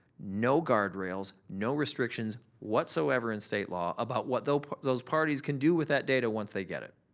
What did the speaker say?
no guardrails, no restrictions whatsoever in state law about what those those parties can do with that data once they get it.